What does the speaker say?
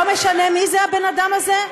לא משנה מי זה הבן אדם הזה?